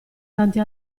tante